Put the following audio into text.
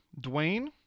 Dwayne